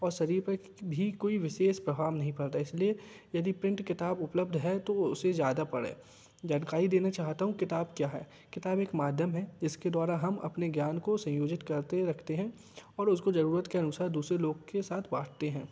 और शरीर पर भी कोई विशेष प्रभाव नहीं पड़ता इसलिए यदि प्रिंट किताब उपलब्ध है तो उसे ज़्यादा पढ़ें जानकारी देना चाहता हूँ किताब क्या है किताब एक माध्यम है जिसके द्वारा हम अपने ज्ञान काे संयोजित करते रखते हैं और उसको जरूरत के अनुसार दूसरे लोग के साथ बाँटते हैं